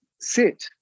sit